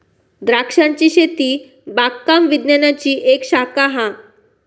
द्रांक्षांची शेती बागकाम विज्ञानाची एक शाखा हा